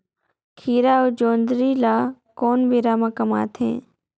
खीरा अउ जोंदरी ल कोन बेरा म कमाथे?